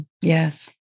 Yes